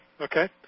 okay